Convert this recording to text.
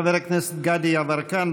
חבר הכנסת גדי יברקן,